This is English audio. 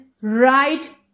right